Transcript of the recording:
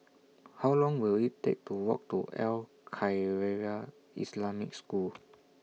How Long Will IT Take to Walk to Al Khairiah Islamic School